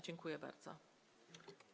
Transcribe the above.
Dziękuję bardzo.